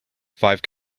five